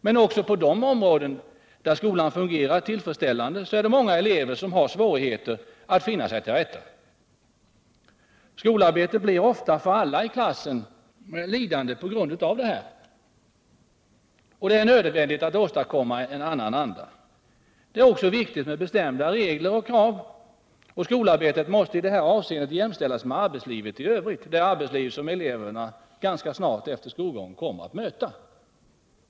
Men också där skolan fungerar tillfredsställande finns det många elever som har svårigheter att finna sig till rätta. Skolarbetet blir ofta för alla i klassen lidande på grund härav. Det är nödvändigt att åstadkomma en annan anda. Det är också viktigt med bestämda regler och krav. Skolarbetet måste i det avseendet jämställas med arbetslivet i övrigt, det arbetsliv som eleverna ganska snart efter skolgången kommer att möta.